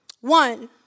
One